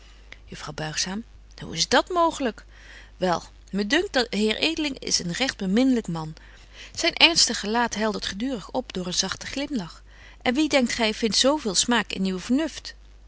juffrouw buigzaam hoe is dat mooglyk wel me dunkt de heer edeling is een recht betje wolff en aagje deken historie van mejuffrouw sara burgerhart beminlyk man zyn ernstig gelaat heldert gedurig op door een zagten glimlach en wie denkt gy vindt zo veel smaak in uw vernuft